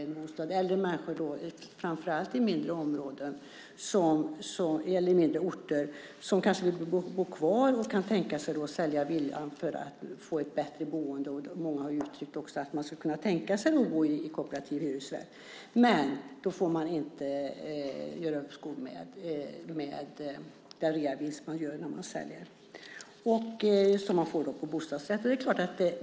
Det finns äldre människor, framför allt på mindre orter, som kan tänka sig att sälja villan för att få ett bättre boende på samma ort. Många har uttryckt att de kan tänka sig att bo i kooperativ hyresrätt, men då får man inte uppskov på reavinsten från försäljningen, vilket man får på bostadsrätt.